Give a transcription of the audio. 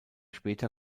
später